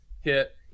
hit